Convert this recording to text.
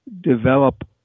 develop